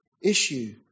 issue